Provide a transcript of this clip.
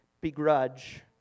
begrudge